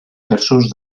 terços